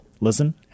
listen